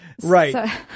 right